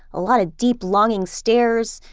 a lot of deep longing stares,